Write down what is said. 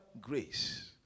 grace